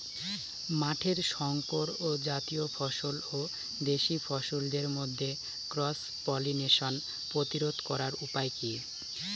মাঠের শংকর জাতীয় ফসল ও দেশি ফসলের মধ্যে ক্রস পলিনেশন প্রতিরোধ করার উপায় কি?